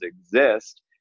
exist